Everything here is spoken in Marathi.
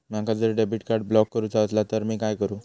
माका जर डेबिट कार्ड ब्लॉक करूचा असला तर मी काय करू?